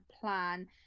plan